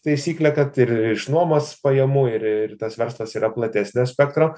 taisyklę kad ir iš nuomos pajamų ir ir tas verslas yra platesnio spektro